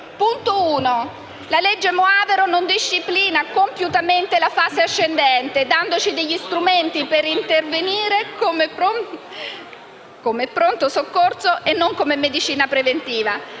luogo, la legge Moavero non disciplina compiutamente la fase ascendente, dandoci degli strumenti per intervenire come pronto soccorso e non come medicina preventiva.